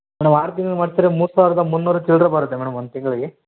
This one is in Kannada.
ಮೇಡಮ್ ಆರು ತಿಂಗ್ಳು ಮಾಡಿಸಿದ್ರೆ ಮೂರು ಸಾವಿರದ ಮುನ್ನೂರ ಚಿಲ್ಲರೆ ಬರುತ್ತೆ ಮೇಡಮ್ ಒನ್ ತಿಂಗಳಿಗೆ